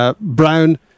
Brown